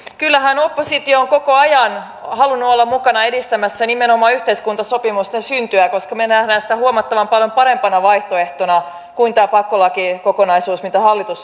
kyllähän oppositio on koko ajan halunnut olla mukana edistämässä nimenomaan yhteiskuntasopimuksen syntyä koska me näemme sen huomattavan paljon parempana vaihtoehtona kuin tämän pakkolakikokonaisuuden mitä hallitus on ajanut